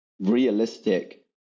realistic